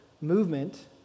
movement